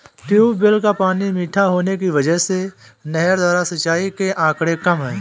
tubewell का पानी मीठा होने की वजह से नहर द्वारा सिंचाई के आंकड़े कम है